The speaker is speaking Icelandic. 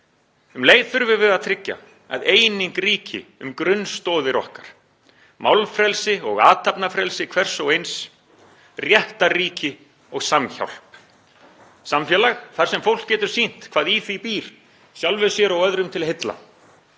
Um leið þurfum við að tryggja að eining ríki um grunnstoðir okkar, málfrelsi og athafnafrelsi hvers og eins, réttarríki og samhjálp — samfélag þar sem fólk getur sýnt hvað í því býr, sjálfu sér og öðrum til heilla,